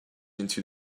into